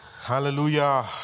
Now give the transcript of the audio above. Hallelujah